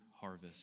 harvest